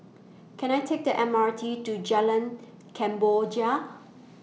Can I Take The M R T to Jalan Kemboja